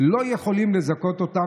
אם הוא מפיל, הוא לא יכול ללכת לממשלה אחרת.